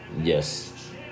Yes